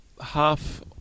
half